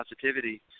positivity